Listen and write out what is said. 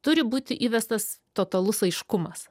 turi būti įvestas totalus aiškumas